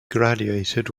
graduated